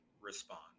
respond